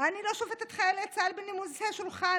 "אני לא שופט את חיילי צה"ל בנימוסי שולחן,